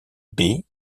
baies